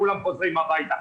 כולם חוזרים הביתה,